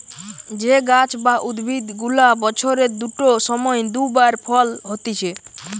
যে গাছ বা উদ্ভিদ গুলা বছরের দুটো সময় দু বার ফল হতিছে